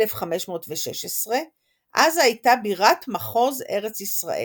1250-1516 עזה הייתה בירת מחוז ארץ ישראל.